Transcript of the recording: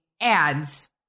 ads